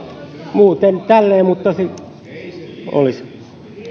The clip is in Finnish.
muuten tällä tavalla mutta sitten olisi